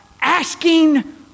asking